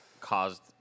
caused